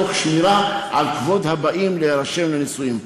תוך שמירה על כבוד הבאים להירשם לנישואין.